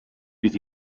bydd